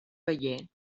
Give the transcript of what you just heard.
paller